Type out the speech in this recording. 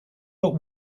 but